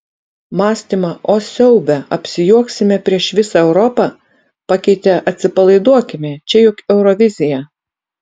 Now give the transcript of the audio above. mąstymą o siaube apsijuoksime prieš visą europą pakeitė atsipalaiduokime čia juk eurovizija